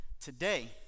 today